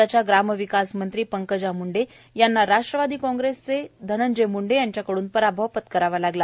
राज्याच्या ग्रामविकास मंत्री पंकजा मुंडे यांना राष्ट्रवादी काँग्रेसचे धनंजय म्ंडे यांच्याकडून पराभव पत्करावा लागला